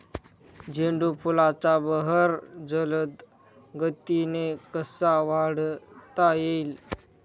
झेंडू फुलांचा बहर जलद गतीने कसा वाढवता येईल?